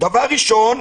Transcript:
דבר ראשון,